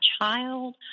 child